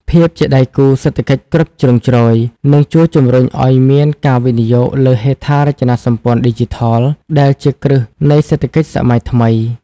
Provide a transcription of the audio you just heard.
ភាពជាដៃគូសេដ្ឋកិច្ចគ្រប់ជ្រុងជ្រោយ នឹងជួយជំរុញឱ្យមានការវិនិយោគលើហេដ្ឋារចនាសម្ព័ន្ធឌីជីថល ដែលជាគ្រឹះនៃសេដ្ឋកិច្ចសម័យថ្មី។